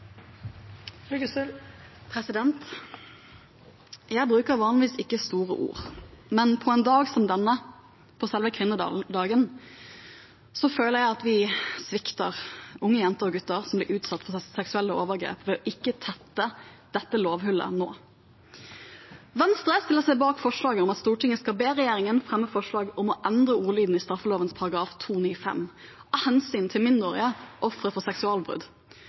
Jeg bruker vanligvis ikke store ord, men på en dag som denne, på selve kvinnedagen, føler jeg at vi svikter unge jenter og gutter som blir utsatt for seksuelle overgrep ved ikke å tette dette lovhullet nå. Venstre stiller seg bak forslaget om at Stortinget skal be regjeringen fremme forslag om å endre ordlyden i straffeloven § 295, av hensyn til mindreårige ofre for